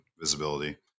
visibility